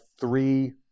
three